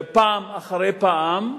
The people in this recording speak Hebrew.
פעם אחר פעם,